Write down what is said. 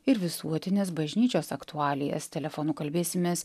ir visuotinės bažnyčios aktualijas telefonu kalbėsimės